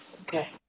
Okay